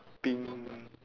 pink